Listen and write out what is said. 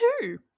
two